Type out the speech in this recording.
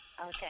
Okay